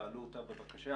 תעלו אותה בבקשה.